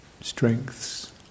strengths